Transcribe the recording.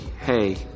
hey